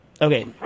okay